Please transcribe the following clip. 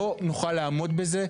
לא נוכל לעמוד בזה.